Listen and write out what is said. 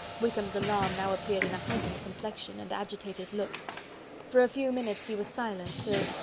wickham's alarm now appeared in a heightened complexion and agitated look for a few minutes he was silent, till,